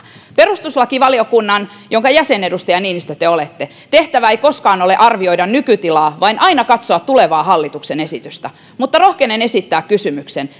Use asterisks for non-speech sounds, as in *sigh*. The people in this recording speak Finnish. perustuslakivaliokunnan jonka jäsen edustaja niinistö te olette tehtävä ei koskaan ole arvioida nykytilaa vaan aina katsoa tulevaa hallituksen esitystä mutta rohkenen esittää kysymyksen *unintelligible*